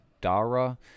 Dara